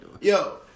Yo